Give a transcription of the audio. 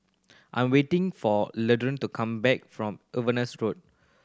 I am waiting for Leandra to come back from Evanas Road